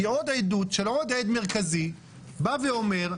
כי עוד עדות של עוד עד מרכזי שבא ואומר: